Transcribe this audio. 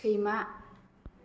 सैमा